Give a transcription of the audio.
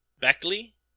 Beckley